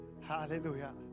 Hallelujah